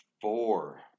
four